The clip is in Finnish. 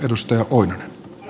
arvoisa puhemies